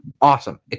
Awesome